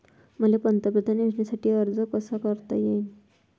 मले पंतप्रधान योजनेसाठी अर्ज कसा कसा करता येईन?